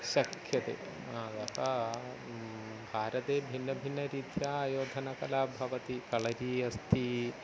शक्यते यथा भारते भिन्नभिन्नरीत्या आयोधनकला भवति कलरी अस्ति